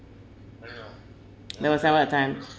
there was never a time